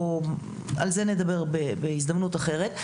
על זה נדבר בהזדמנות אחרת.